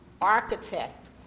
architect